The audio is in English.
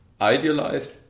idealized